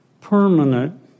permanent